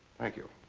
thank you.